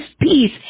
peace